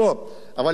אבל להתגייס